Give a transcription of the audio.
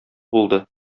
булды